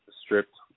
stripped